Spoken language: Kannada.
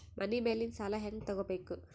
ಮನಿ ಮೇಲಿನ ಸಾಲ ಹ್ಯಾಂಗ್ ತಗೋಬೇಕು?